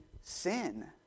sin